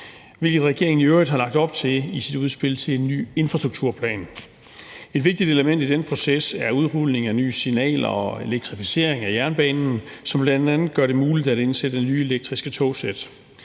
hvilket regeringen i øvrigt har lagt op til i sit udspil til en ny infrastrukturplan. Et vigtigt element i denne proces er udrulningen af nye signaler og elektrificering af jernbanen, som bl.a. gør det muligt at indsætte nye elektriske togsæt.